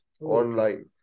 online